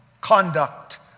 conduct